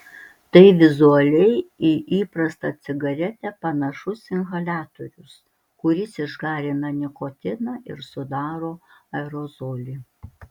tai vizualiai į įprastą cigaretę panašus inhaliatorius kuris išgarina nikotiną ir sudaro aerozolį